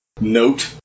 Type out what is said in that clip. note